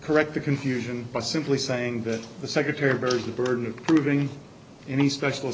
correct the confusion by simply saying that the secretary birds of burden of proving any special